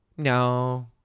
No